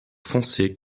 foncés